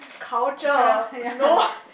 culture no